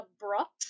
abrupt